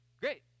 great